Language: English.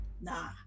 nah